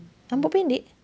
rambut pendek